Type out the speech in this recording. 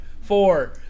four